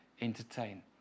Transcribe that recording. entertain